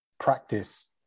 practice